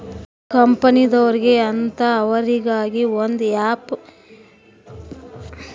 ಕಂಪನಿದೊರ್ಗೆ ಅಂತ ಅವರಿಗ ಒಂದ್ ಫಿಕ್ಸ್ ದೆಪೊಸಿಟ್ ಬರತವ